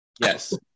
Yes